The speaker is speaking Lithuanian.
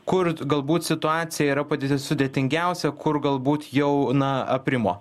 kur galbūt situacija yra pati sudėtingiausia kur galbūt jau na aprimo